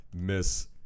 Miss